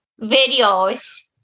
videos